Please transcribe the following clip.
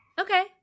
Okay